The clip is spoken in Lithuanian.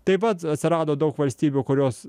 taip pat atsirado daug valstybių kurios